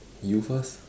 you first